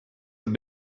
have